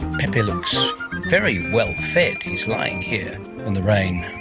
pepe looks very well fed. he's lying here in the rain,